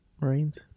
Marines